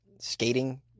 skating